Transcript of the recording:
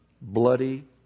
Bloody